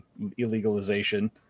illegalization